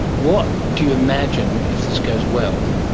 what do you imagine, if this goes well,